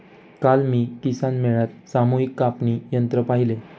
काल मी किसान मेळ्यात सामूहिक कापणी यंत्र पाहिले